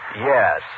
Yes